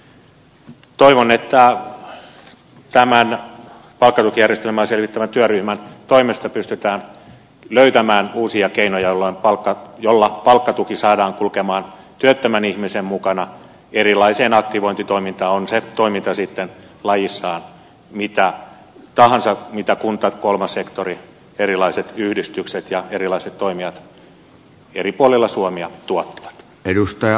toivon että tämän palkkatukijärjestelmää selvittävän työryhmän toimesta pystytään löytämään uusia keinoja joilla palkkatuki saadaan kulkemaan työttömän ihmisen mukana erilaiseen aktivointitoimintaan on se toiminta sitten lajissaan mitä tahansa mitä kunta kolmas sektori erilaiset yhdistykset ja erilaiset toimijat eri puolilla suomea tuottavat